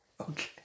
Okay